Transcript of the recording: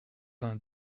vingt